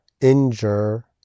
injure